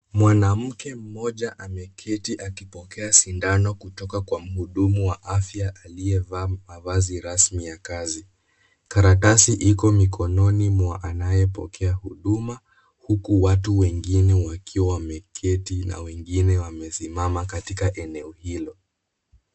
Mwanamke mmoja ameketi akipokea sindano kutoka kwa mhudumu wa afya aliyevaa mavazi rasmi ya kazi, karatasi iko mikononi mwa anayepokea huduma huku watu wengine wakiwa wameketi na wengine wamesimama katika eneo hilo.